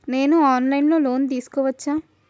నేను online లో loan తీసుకోవచ్చా?